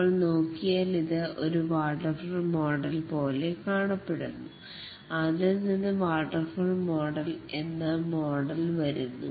നമ്മൾ നോക്കിയാൽ ഇത് ഒരു വാട്ടർഫാൾ മോഡൽ പോലെ കാണപ്പെടുന്നു അതിൽ നിന്ന് വാട്ടർഫാൾ മോഡൽ എന്ന മോഡൽ വരുന്നു